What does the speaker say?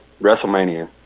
WrestleMania